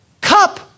Cup